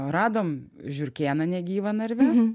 radom žiurkėną negyvą narve